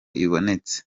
ibonetse